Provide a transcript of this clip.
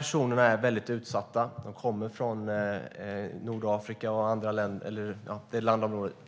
Barnen, som kommer från landområden i Nordafrika, är